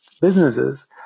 businesses